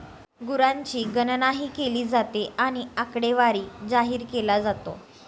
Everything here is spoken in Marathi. गुरांची गणनाही केली जाते आणि आकडेवारी जाहीर केला जातो